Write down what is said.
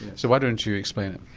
so why don't you explain it.